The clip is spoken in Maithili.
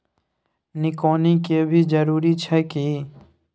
निकौनी के भी जरूरी छै की?